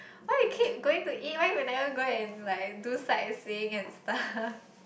why you keep going to eat why we never go and like do sightseeing and stuff